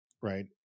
right